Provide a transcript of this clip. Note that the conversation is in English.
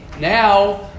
now